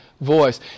voice